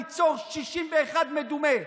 ליצור 61 מדומה,